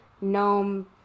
gnome